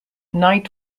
night